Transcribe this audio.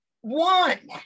one